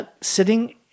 sitting